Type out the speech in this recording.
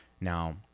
Now